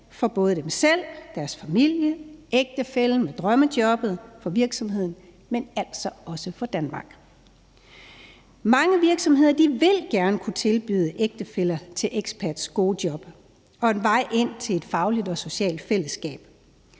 for både dem selv, deres familie, ægtefællen, drømmejobbet og virksomheden, men altså også for Danmark. Mange virksomheder vil gerne kunne tilbyde ægtefæller til expats gode job og en vej ind til et fagligt og socialt fællesskab,